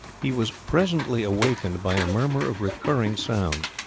he was presently awakened by a murmur of recurring sounds.